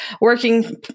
working